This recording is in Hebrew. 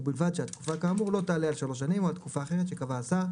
ובלבד שהתקופה כאמור לא תעלה על שלוש שנים או על תקופה אחרת שקבע השר,